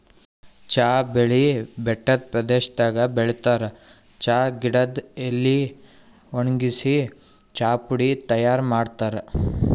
ಚಾ ಬೆಳಿ ಬೆಟ್ಟದ್ ಪ್ರದೇಶದಾಗ್ ಬೆಳಿತಾರ್ ಚಾ ಗಿಡದ್ ಎಲಿ ವಣಗ್ಸಿ ಚಾಪುಡಿ ತೈಯಾರ್ ಮಾಡ್ತಾರ್